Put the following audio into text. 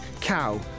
cow